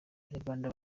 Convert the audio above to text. abanyarwanda